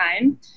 time